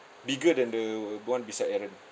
bigger than the one beside aaron